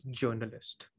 journalist